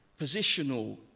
positional